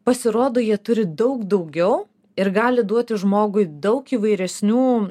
pasirodo jie turi daug daugiau ir gali duoti žmogui daug įvairesnių